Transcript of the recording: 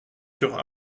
sur